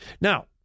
Now